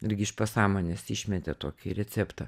irgi iš pasąmonės išmetė tokį receptą